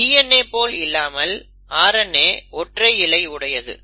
DNA போல் இல்லாமல் RNA ஒற்றை இழை உடையது